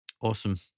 Awesome